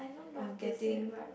I'm getting